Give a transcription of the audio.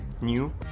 new